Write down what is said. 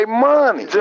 money